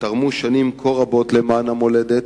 שתרמו שנים כה רבות למען המולדת,